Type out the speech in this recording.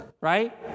right